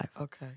Okay